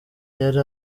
yari